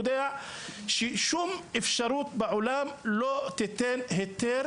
היא כפופה לאיזה משרד?